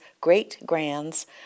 great-grands